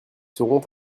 seront